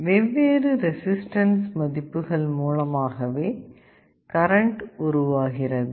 வெவ்வேறு ரெசிஸ்டன்ஸ் மதிப்புகள் மூலமாகவே கரண்ட் உருவாகின்றது